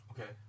Okay